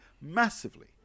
massively